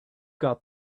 got